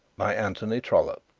by anthony trollope